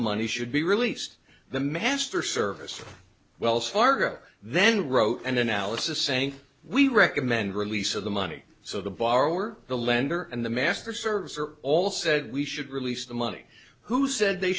money should be released the master service well fargo then wrote an analysis saying we recommend release of the money so the borrower the lender and the master serves are all said we should release the money who said they